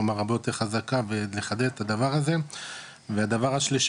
כלומר הרבה יותר חזקה ולחדד את הדבר הזה והדבר השלישי